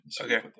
Okay